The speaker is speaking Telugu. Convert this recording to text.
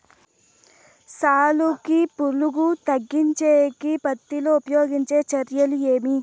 సాలుకి పులుగు తగ్గించేకి పత్తి లో ఉపయోగించే చర్యలు ఏమి?